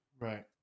Right